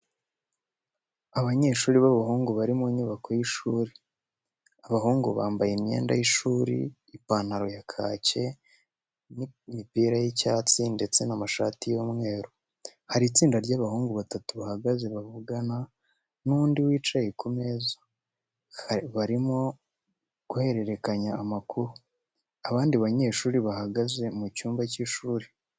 Abanyeshuri b’abahungu bari mu nyubako y’ishuri. Abahungu bambaye imyenda y’ishuri, ipantaro ya kake n’imipira y'icyatsi ndetse n'amashati y'umweru. Hari itsinda ry’abahungu batatu bahagaze bavugana n’undi wicaye ku meza, barimo guhererekanya amakaramu. Abandi banyeshuri bahagaze mu cyumba cy'ishuri.